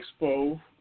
expo